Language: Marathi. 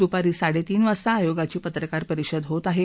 दुपारी साडेतीन वाजता आयोगाची पत्रकार परिषद होत आहे